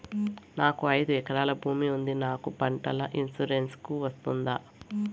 నాకు ఐదు ఎకరాల భూమి ఉంది నాకు పంటల ఇన్సూరెన్సుకు వస్తుందా?